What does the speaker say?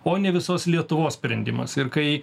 o ne visos lietuvos sprendimas ir kai